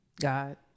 god